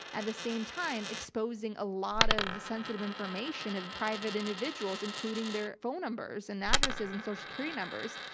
and the same time exposing a lot of sensitive information of private individuals, including their phone numbers and addresses and social security numbers.